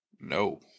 No